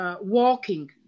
Walking